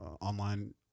online